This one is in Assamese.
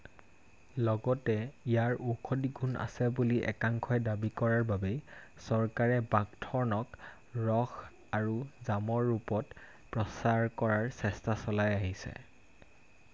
লগতে ইয়াৰ ঔষধি গুণ আছে বুলি একাংশই দাবী কৰাৰ বাবেই চৰকাৰে বাকথৰ্ণক ৰস আৰু জামৰ ৰূপত প্ৰচাৰ কৰাৰ চেষ্টা চলাই আহিছে